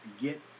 get